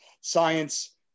science